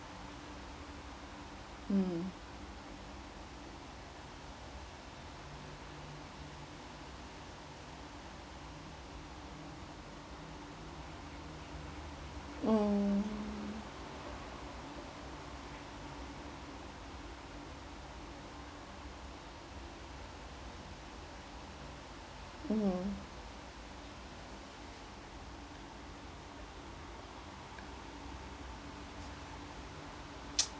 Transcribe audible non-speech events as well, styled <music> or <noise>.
mm mm mmhmm <noise>